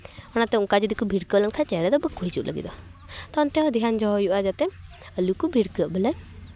ᱚᱱᱟᱛᱮ ᱚᱱᱟ ᱡᱩᱫᱤ ᱠᱚ ᱵᱷᱤᱲᱠᱟᱹᱣ ᱞᱮᱱᱠᱷᱟᱱ ᱪᱮᱬᱮ ᱫᱚ ᱵᱟᱠᱚ ᱦᱤᱡᱩᱜ ᱞᱟᱹᱜᱤᱫᱚᱜᱼᱟ ᱚᱱᱛᱮ ᱦᱚᱸ ᱫᱷᱮᱭᱟᱱ ᱫᱚᱦᱚᱭ ᱦᱩᱭᱩᱜᱼᱟ ᱡᱟᱛᱮ ᱟᱞᱚ ᱠᱚ ᱵᱷᱤᱲᱠᱟᱹᱜ ᱵᱚᱞᱮ